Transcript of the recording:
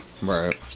Right